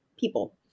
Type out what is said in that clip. people